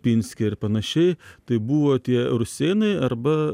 pinske ir panašiai tai buvo tie rusėnai arba